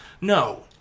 No